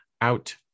out